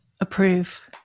approve